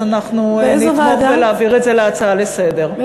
אנחנו נתמוך בהצעה להעביר את זה כהצעה לסדר-היום.